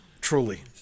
Truly